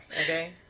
Okay